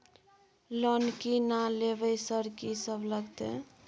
Loan की ना लेबय सर कि सब लगतै?